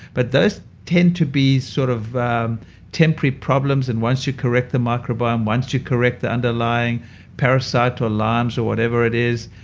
but those tend to be sort of temporary problems. and once you correct the microbiome, once you correct the underlying parasite or lyme or whatever it is,